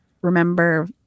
remember